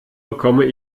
bekomme